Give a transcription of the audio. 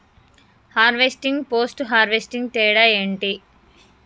Harvesting, post harvesting తేడా ఏంటి?